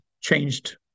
changed